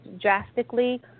drastically